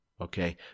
Okay